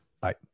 Bye